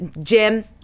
Jim